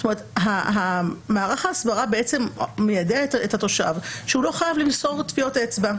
זאת אומרת מערך ההסברה מיידע את התושב שהוא לא חייב למסור טביעות אצבע,